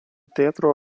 teatro